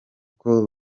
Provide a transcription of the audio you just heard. uko